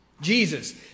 Jesus